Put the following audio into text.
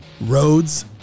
Roads